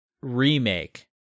remake